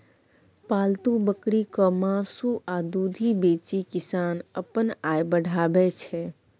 पालतु बकरीक मासु आ दुधि बेचि किसान अपन आय बढ़ाबै छै